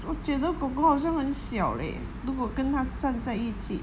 我觉得 kor kor 好像很小 leh 如果跟她站在一起